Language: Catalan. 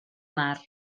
mar